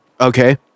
Okay